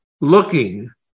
looking